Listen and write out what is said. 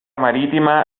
marítima